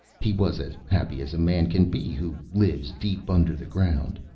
he was as happy as a man can be who lives deep under the ground.